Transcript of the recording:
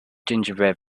gingerbread